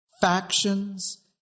factions